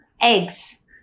Eggs